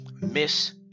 Miss